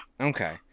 Okay